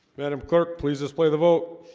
madam clerk, please display the vote